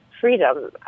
freedom